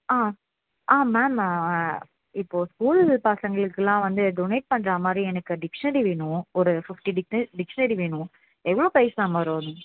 ஆ ஆ மேம் இப்போது ஸ்கூல் பசங்களுக்கெலாம் வந்து டொனேட் பண்ணுற மாதிரி எனக்கு டிக்ஷனரி வேணும் ஒரு ஃபிப்ட்டி டிட்க் டிக்ஷனரி வேணும் எவ்வளோ ப்ரைஸ் மேம் வரும்